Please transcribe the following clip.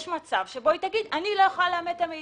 יש מצב שבו היא תאמר שהיא לא יכולה לאמת את המידע.